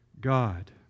God